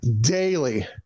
daily